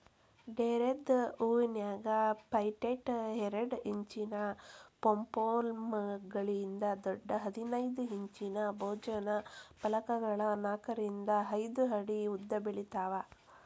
ಡೇರೆದ್ ಹೂವಿನ್ಯಾಗ ಪೆಟೈಟ್ ಎರಡ್ ಇಂಚಿನ ಪೊಂಪೊಮ್ಗಳಿಂದ ದೊಡ್ಡ ಹದಿನೈದ್ ಇಂಚಿನ ಭೋಜನ ಫಲಕಗಳ ನಾಕರಿಂದ ಐದ್ ಅಡಿ ಉದ್ದಬೆಳಿತಾವ